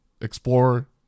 explore